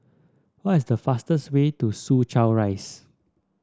what is the fastest way to Soo Chow Rise